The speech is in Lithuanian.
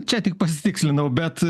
čia tik pasitikslinau bet